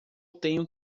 tenho